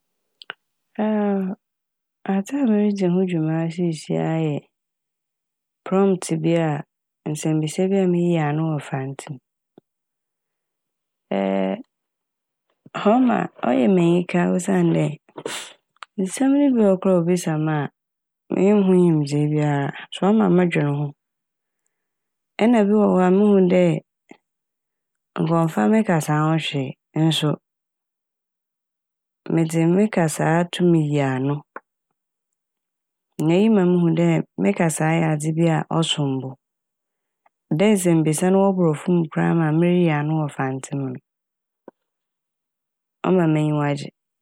adze a miridzi ho dwuma sieisiara yɛ "prompts" bi a, nsɛmbisa bi a meriyi ano wɔ Mfantse m'. ɔyɛ m'enyika osiandɛ nsɛm ne bi wɔ hɔ koraa a wobisa me a minnyim ho nyimdzee biara so ɔma medwen ho. Ɛna ebi wɔ hɔ a muhu dɛ nka ɔmmfa me kasaa ho hwee nso medze me kasaa tum yi ano na eyi ma muhu dɛ me kasaa yɛ adze bi a ɔsom bo. Dɛ nsɛmbisa no wɔ borɔfo mu koraa ma meriyi ano wɔ Mfantse no ɔma m'enyiwa gye